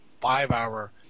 five-hour